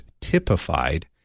typified